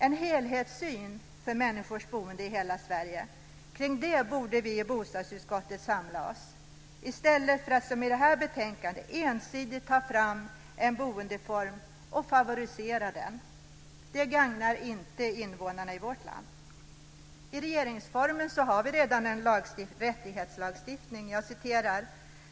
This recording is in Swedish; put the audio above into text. Vi i bostadsutskottet borde samla oss kring en helhetssyn för människors boende i hela Sverige i stället för att som i detta betänkande ensidigt ta fram en boendeform och favorisera den. Det gagnar inte invånarna i vårt land. I regeringsformen har vi redan en rättighetslagstiftning.